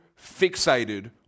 fixated